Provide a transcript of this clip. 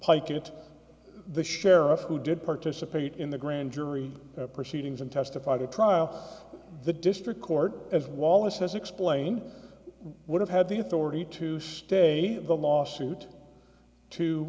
to it the sheriff who did participate in the grand jury proceedings and testified at trial the district court as wallace has explained would have had the authority to stay the lawsuit to